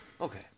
Okay